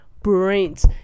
brains